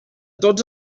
tots